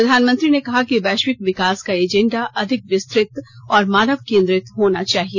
प्रधानमंत्री ने कहा कि वैश्विक विकास का एजेंडा अधिक विस्तुत और मानव केन्द्रित होना चाहिए